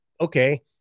okay